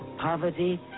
poverty